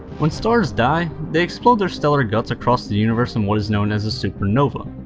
when stars die, they explode their stellar guts across the universe in what is known as a supernova.